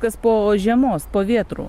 kas po žiemos po vėtrų